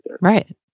right